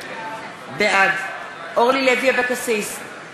בעד אורלי לוי אבקסיס, אינה